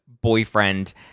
boyfriend